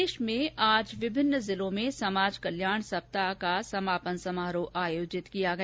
प्रदेश में आज विभिन्न जिलों में समाज कल्याण सप्ताह का समापन समारोह आयोजित किया गया